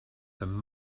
some